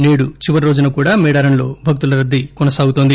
సేడు చివరిరోజున కూడా మేడారంలో భక్తుల రద్దీ కొనసాగుతోంది